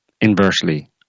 inversely